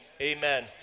amen